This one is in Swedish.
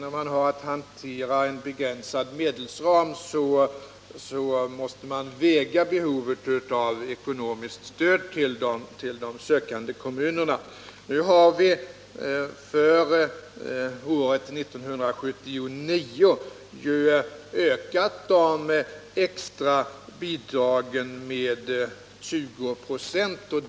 När man har att hantera en begränsad medelsram måste man väga behoven av ekonomiskt stöd till de sökande kommunerna mot varandra. För år 1979 har vi ökat det extra bidraget med 20 26.